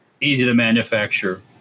easy-to-manufacture